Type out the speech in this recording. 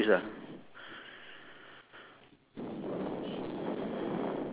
ya is it six box and one brown box